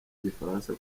igifaransa